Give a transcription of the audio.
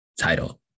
title